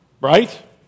Right